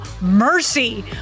mercy